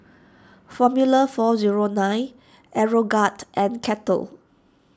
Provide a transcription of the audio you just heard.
formula four zero nine Aeroguard and Kettle